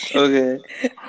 Okay